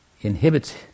inhibits